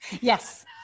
Yes